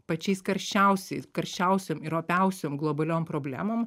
pačiais karščiausiais karščiausiom ir opiausiom globaliom problemom